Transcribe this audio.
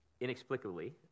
Inexplicably